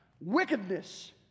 wickedness